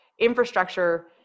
infrastructure